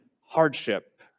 hardship